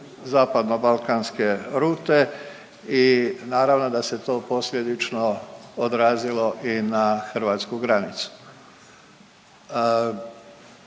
zapadnobalkanske rute i naravno da se to posljedično odrazilo i na hrvatsku granicu.